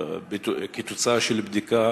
תוצאה של בדיקה